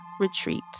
retreat